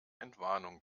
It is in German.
entwarnung